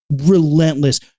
relentless